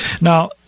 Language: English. Now